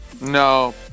No